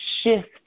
shift